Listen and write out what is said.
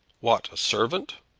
what a servant?